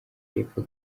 y’epfo